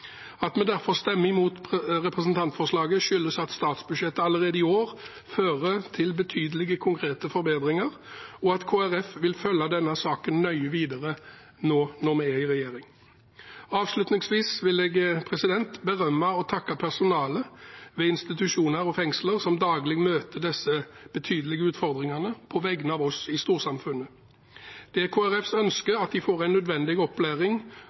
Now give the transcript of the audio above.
At vi derfor stemmer imot representantforslaget, skyldes at statsbudsjettet allerede i år fører til betydelige konkrete forbedringer, og at Kristelig Folkeparti vil følge denne saken nøye videre nå når vi er i regjering. Avslutningsvis vil jeg berømme og takke personalet ved institusjoner og fengsler som daglig møter disse betydelige utfordringene, på vegne av oss i storsamfunnet. Det er Kristelig Folkepartis ønske at de får nødvendig opplæring